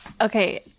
Okay